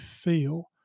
feel